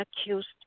accused